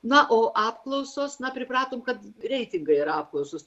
na o apklausos na pripratom kad reitingai yra apklausos